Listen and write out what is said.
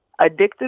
addictive